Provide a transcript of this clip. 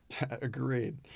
Agreed